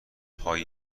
پای